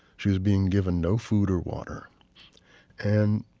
she was being given no food or water and